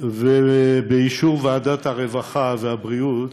ובאישור ועדת הרווחה והבריאות